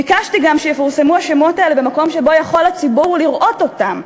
ביקשתי גם שיפורסמו השמות האלה במקום שבו הציבור יכול לראות אותם,